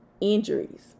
injuries